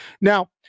Now